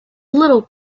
little